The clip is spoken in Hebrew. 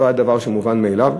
זה לא היה דבר מובן מאליו,